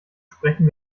sprechen